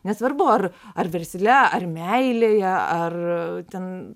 nesvarbu ar ar versle ar meilėje ar ten